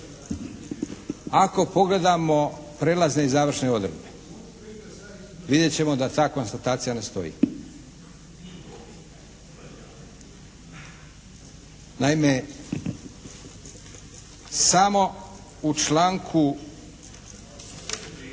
Ako pogledamo prijelazne i završne odredbe vidjet ćemo da ta konstatacija ne stoji. Naime samo u članku